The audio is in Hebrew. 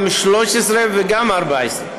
גם ערוץ 13 וגם ערוץ 14,